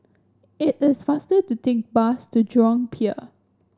it is faster to take bus to Jurong Pier